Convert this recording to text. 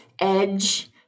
edge